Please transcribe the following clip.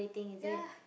ya